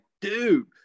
dude